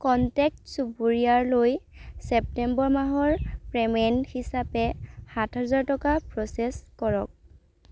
contact চুবুৰীয়ালৈ September মাহৰ payment হিচাপে সাত হেজাৰ টকা প্ৰচেছ কৰক